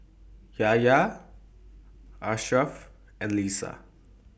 Yahya Ashraff and Lisa